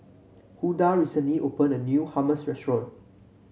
Huldah recently open a new Hummus restaurant